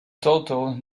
total